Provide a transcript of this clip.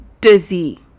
dizzy